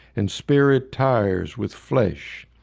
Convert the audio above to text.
and spirit tires with flesh,